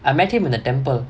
I met him in the temple